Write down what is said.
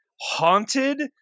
haunted